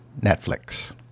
Netflix